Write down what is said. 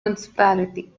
municipality